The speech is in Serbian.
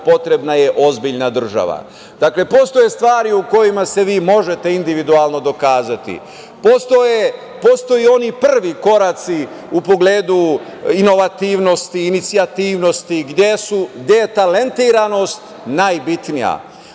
potrebna je ozbiljna država. Postoje stvari u kojima se vi možete individualno dokazati. Postoje oni prvi koraci u pogledu inovativnosti, inicijativnosti, gde je talentiranost najbitnija.